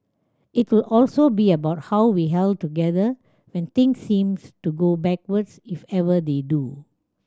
it will also be about how we held together when things seems to go backwards if ever they do